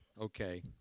okay